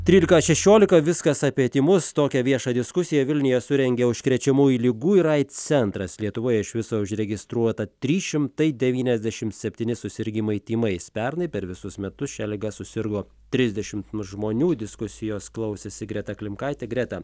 trylika šešiolika viskas apie tymus tokią viešą diskusiją vilniuje surengė užkrečiamųjų ligų ir aids centras lietuvoje iš viso užregistruota trys šimtai devyniasdešimt septyni susirgimai tymais pernai per visus metus šia liga susirgo trisdešim žmonių diskusijos klausėsi greta klimkaitė greta